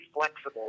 flexible